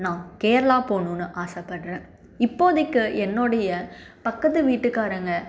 நான் கேரளா போகணுன்னு ஆசப்படுறேன் இப்போதைக்கு என்னோடைய பக்கத்து வீட்டுக்காரங்க